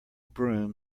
broom